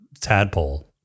tadpole